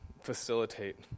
facilitate